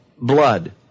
blood